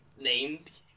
names